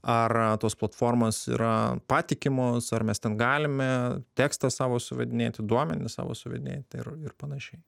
ar tos platformos yra patikimos ar mes ten galime tekstą savo suvedinėti duomenis savo suvedinė ir ir panašiai